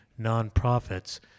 nonprofits